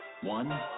One